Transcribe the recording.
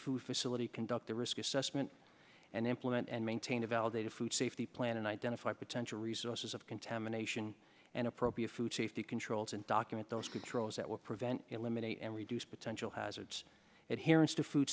food facility conduct their risk assessment and implement and maintain a validated food safety plan and identify potential resources of contamination and appropriate food safety controls and document those controls that would prevent eliminate and reduce potential hazards it here is to food